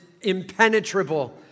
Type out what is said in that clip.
impenetrable